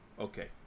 Okay